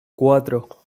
cuatro